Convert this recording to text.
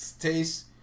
taste